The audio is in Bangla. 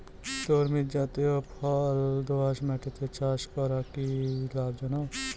তরমুজ জাতিয় ফল দোঁয়াশ মাটিতে চাষ করা কি লাভজনক?